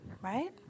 right